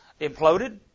imploded